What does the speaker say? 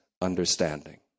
understanding